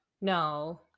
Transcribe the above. no